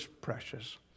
precious